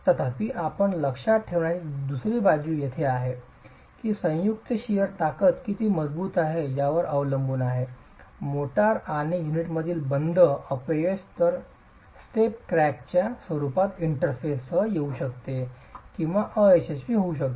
तथापि आपण लक्षात ठेवण्याची दुसरी बाजू येथे आहे की संयुक्त शिअर ताकद किती मजबूत आहे यावर अवलंबून आहे मोर्टार आणि युनिटमधील बंध अपयश एकतर स्टेप क्रॅकच्या स्वरूपात इंटरफेससह येऊ शकते किंवा अयशस्वी होऊ शकते